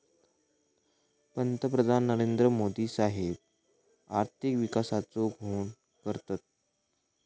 पंतप्रधान नरेंद्र मोदी साहेब आर्थिक विकासाचो घोष करतत